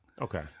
Okay